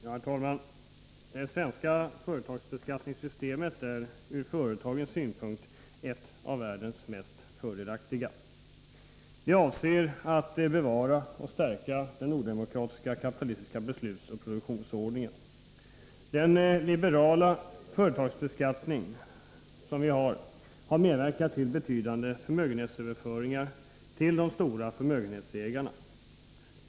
Herr talman! Det svenska företagsbeskattningssystemet är ur företagens synpunkt ett av världens mest fördelaktiga. Det avser att bevara och stärka den odemokratiska kapitalistiska beslutsoch produktionsordningen. Den liberala företagsbeskattningen har medverkat till betydande förmögenhetsöverföringar till de stora förmögenhetsägarna.